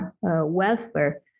welfare